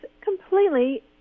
completely